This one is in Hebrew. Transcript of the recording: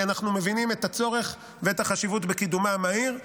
כי אנחנו מבינים את הצורך ואת החשיבות בקידומה המהיר.